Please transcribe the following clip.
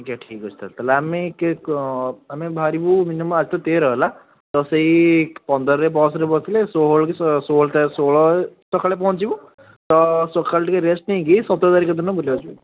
ଆଜ୍ଞା ଠିକ୍ ଅଛି ତା'ହେଲେ ଆମେ ଆମେ ବାହାରିବୁ ମିନିମମ୍ ଆଜିତ ତେର ହେଲା ସେଇ ପନ୍ଦରରେ ବସ୍ରେ ବସିଲେ ଷୋହଳ ଷୋହଳ ସକାଳେ ପହଞ୍ଚିବୁ ତ ସକାଳେ ଟିକେ ରେଷ୍ଟ ନେଇକି ସତର ତାରିଖ ଦିନ ବୁଲିବାକୁ ଯିବୁ